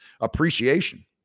appreciation